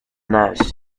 nest